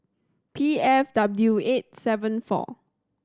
P F W eight seven four